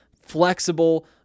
flexible